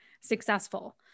successful